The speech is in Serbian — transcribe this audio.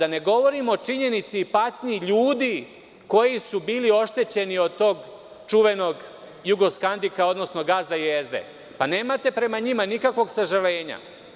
A da ne govorim o činjenici i patnji ljudi koji su bili oštećeni od tog čuvenog „Jugoskandika“, odnosno Gazda Jezde, a prema njima nemate nikakvog sažaljenja.